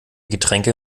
getränke